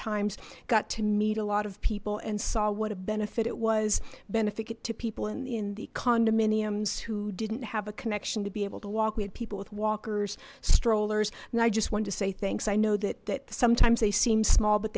times got to meet a lot of people and saw what a benefit it was benefit to people in in the condominiums who didn't have a connection to be able to walk we had people with walkers strollers and i just wanted to say thanks i know that that sometimes they seem small but